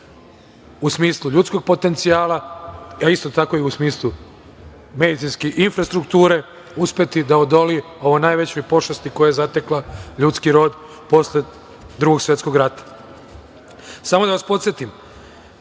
u smislu ljudskog potencijala, a isto tako i u smislu medicinske infrastrukture uspti da odoli ovoj najvećoj pošasti koja je zatekla ljudski rod posle Drugog svetskog rata. Samo da vas podsetim